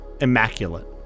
immaculate